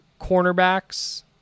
cornerbacks